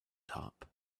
top